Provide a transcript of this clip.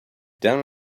down